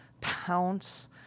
pounce